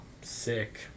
Sick